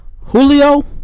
Julio